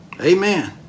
Amen